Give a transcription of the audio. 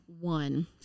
One